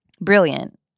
brilliant